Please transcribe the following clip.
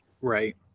Right